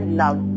love